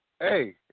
Hey